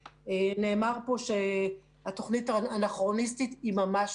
נאמר כאן שהתוכנית אנכרוניסטית אבל היא ממש